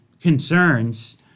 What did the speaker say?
concerns